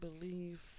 believe